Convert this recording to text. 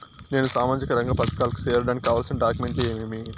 నేను సామాజిక రంగ పథకాలకు సేరడానికి కావాల్సిన డాక్యుమెంట్లు ఏమేమీ?